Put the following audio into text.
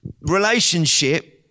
relationship